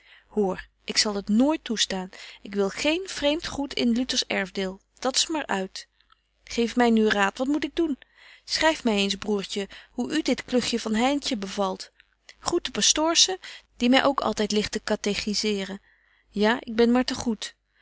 hoor ik zal t nooit toestaan ik wil geen vreemt goed in luters erfdeel dat's maar uit geef my nu raad wat moet ik doen schryf my eens broêrtje hoe u dit klugtje van heintje bevalt groet de pastoorsche die my ook altyd ligt te katechiseeren ja ik ben maar